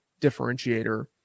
differentiator